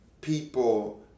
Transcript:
people